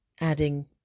adding